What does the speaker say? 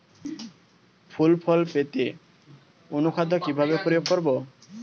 ফুল ফল পেতে অনুখাদ্য কিভাবে প্রয়োগ করব?